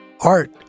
Art